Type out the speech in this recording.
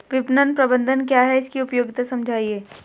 विपणन प्रबंधन क्या है इसकी उपयोगिता समझाइए?